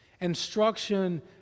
Instruction